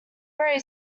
very